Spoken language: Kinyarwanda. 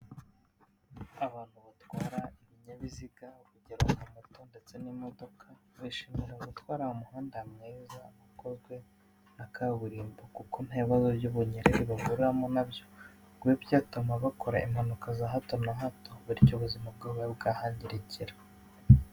Abantu batwara ibinyabiziga urugero nka moto ndetse n'imodoka bishimira gutwara mu muhanda mwiza ukozwe nka kaburimbo kuko ntabibazo by'ubunyereri bahuriramo nabyo ngo bibe byatuma bakora impanuka za hato na hato bityo ubuzima bwabo bukahangirikira.